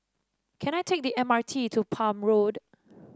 can I take the M R T to Palm Road